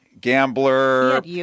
Gambler